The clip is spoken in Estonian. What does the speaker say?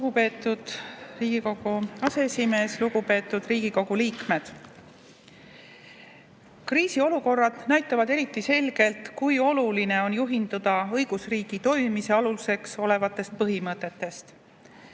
Lugupeetud Riigikogu aseesimees! Lugupeetud Riigikogu liikmed! Kriisiolukorrad näitavad eriti selgelt, kui oluline on juhinduda õigusriigi toimimise aluseks olevatest põhimõtetest.